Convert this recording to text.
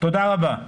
תודה רבה.